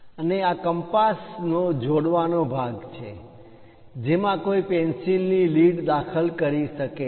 અને આ કંપાસ નો જોડવાનો ભાગ છે જેમા કોઈ પેન્સિલ ની લીડ દાખલ કરી શકે છે